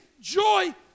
joy